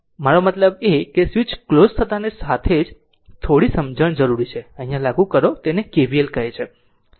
10 મારો મતલબ કે સ્વીચ ક્લોઝ થતાંની સાથે જ થોડી સમજણ જરૂરી છે અહીં આ લાગુ કરો તેને KVL કહે છે